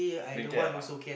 don't care ah